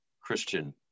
Christian